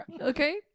Okay